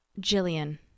jillian